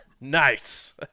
Nice